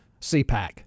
CPAC